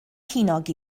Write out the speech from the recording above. ceiniog